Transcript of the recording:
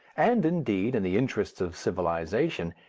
and indeed, in the interests of civilization,